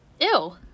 Ew